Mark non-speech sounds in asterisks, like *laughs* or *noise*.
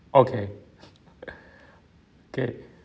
okay *laughs* okay